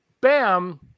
Bam